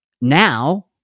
now